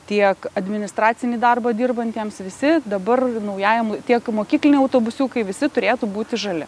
tiek administracinį darbą dirbantiems visi dabar naujajam tiek mokykliniai autobusiukai visi turėtų būti žali